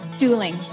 dueling